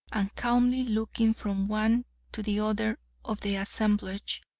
and calmly looking from one to the other of the assemblage,